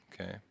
Okay